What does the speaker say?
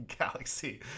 Galaxy